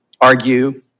argue